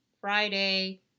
Friday